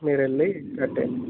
మీరు వెళ్ళి కట్టేయండి